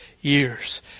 years